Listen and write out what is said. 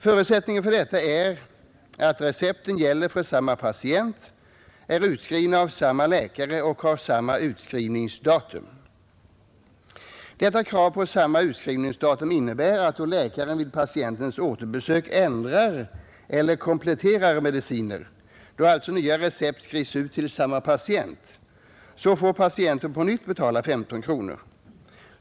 Förutsättningen för detta är att recepten gäller för samma patient, är utskrivna av samma läkare och har samma utskrivningsdatum. Detta krav på samma utskrivningsdatum innebär att då läkaren vid patientens återbesök ändrar eller kompletterar mediciner — då alltså nya recept skrivs ut till samma patient — får patienten på nytt betala 15 kronor.